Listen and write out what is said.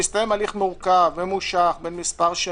שהסתיים הליך מורכב, ממושך של מספר שנים.